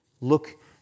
Look